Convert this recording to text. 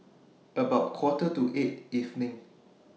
about Quarter to eight evening